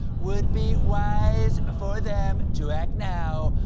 would be wise for them to act now,